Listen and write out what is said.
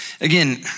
Again